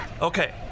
Okay